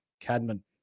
Cadman